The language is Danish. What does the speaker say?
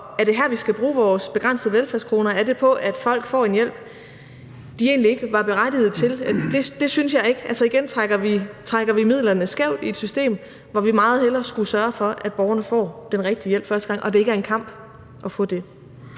er det her, vi skal bruge vores begrænsede velfærdskroner? Er det på, at folk får en hjælp, de egentlig ikke var berettiget til? Det synes jeg ikke. Altså, igen trækker vi midlerne skævt i et system, hvor vi meget hellere skulle sørge for, at borgerne får den rigtige hjælp første gang, og det ikke er en kamp at få det.